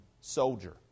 soldier